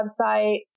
websites